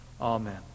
Amen